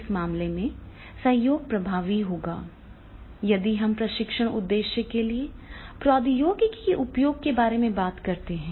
इस मामले में सहयोग प्रभावी होगा यदि हम प्रशिक्षण उद्देश्य के लिए प्रौद्योगिकी के उपयोग के बारे में बात करते हैं